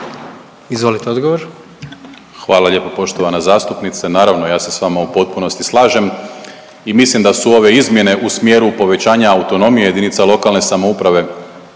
Marko** Hvala lijepo poštovana zastupnice. Naravno, ja se s vama u potpunosti slažem i mislim da su ove izmjene u smjeru povećanja autonomije jedinica lokalne samouprave